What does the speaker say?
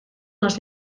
les